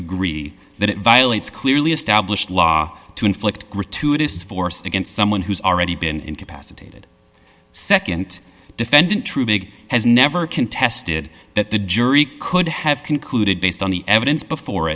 agree that it violates clearly established law to inflict gratuitous force against someone who's already been incapacitated nd defendant true big has never contested that the jury could have concluded based on the evidence before